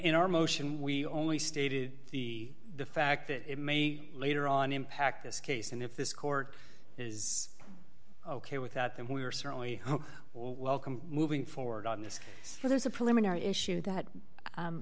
in our motion we only stated the the fact that it may later on impact this case and if this court is ok with that then we are certainly who welcomed moving forward on this so there's a preliminary issue that